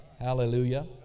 Hallelujah